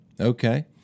okay